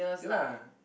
ya lah